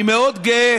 אני מאוד גאה